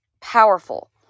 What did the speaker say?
powerful